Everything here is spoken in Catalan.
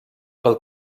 pel